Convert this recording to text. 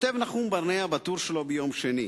כותב נחום ברנע בטור שלו מיום שני: